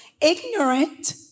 ignorant